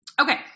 Okay